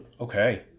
okay